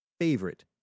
favorite